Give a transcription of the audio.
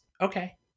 Okay